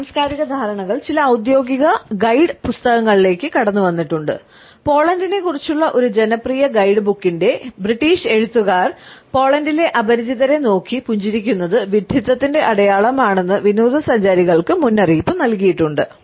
ഈ സാംസ്കാരിക ധാരണകൾ ചില ഔദ്യോഗിക ഗൈഡ് പുസ്തകങ്ങളിലേക്ക് കടന്നുവന്നിട്ടുണ്ട് പോളണ്ടിനെക്കുറിച്ചുള്ള ഒരു ജനപ്രിയ ഗൈഡ്ബുക്കിന്റെ ബ്രിട്ടീഷ് എഴുത്തുകാർ പോളണ്ടിലെ അപരിചിതരെ നോക്കി പുഞ്ചിരിക്കുന്നത് വിഡ്ഢിത്തത്തിന്റെ അടയാളമാണെന്ന് വിനോദസഞ്ചാരികൾക്ക് മുന്നറിയിപ്പ് നൽകിയിട്ടുണ്ട്